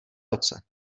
roce